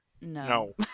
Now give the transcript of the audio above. No